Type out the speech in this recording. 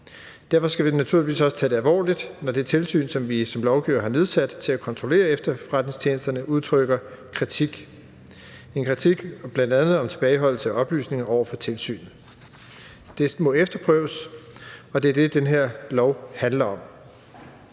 Derfor skal vi naturligvis også tage det alvorligt, når det tilsyn, vi som lovgivere har nedsat til at kontrollere efterretningstjenesterne, udtrykker kritik. Det er en kritik om bl.a. tilbageholdelse af oplysninger over for tilsynet. Det må efterprøves, og det er det, det her lovforslag handler om.